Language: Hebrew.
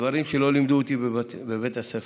דברים שלא לימדו אותי בבית הספר.